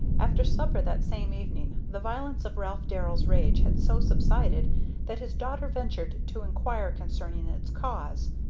after supper that same evening the violence of ralph darrell's rage had so subsided that his daughter ventured to inquire concerning its cause.